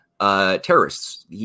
Terrorists